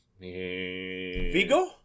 Vigo